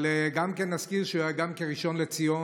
אבל נזכיר שהוא היה גם כן ראשון לציון,